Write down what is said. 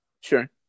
Sure